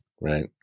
right